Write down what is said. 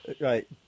Right